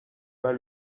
pas